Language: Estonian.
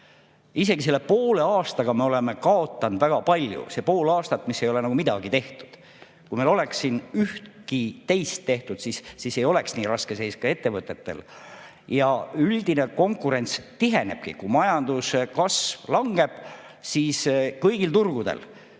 Isegi selle poole aastaga me oleme kaotanud väga palju. Selle poole aasta jooksul ei ole nagu midagi tehtud. Kui meil oleks siin üht-teistki tehtud, siis ei oleks nii raske seis ka ettevõtetel. Ja üldine konkurents tiheneb. Kui majanduskasv langeb, siis kõigil turgudel